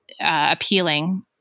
appealing